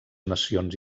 nacions